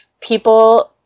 people